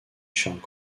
charles